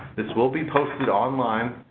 this will be posted online.